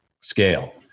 scale